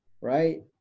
right